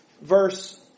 verse